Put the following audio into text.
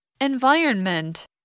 environment